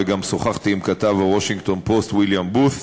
וגם שוחחתי עם כתב ה"וושינגטון פוסט" ויליאם בות'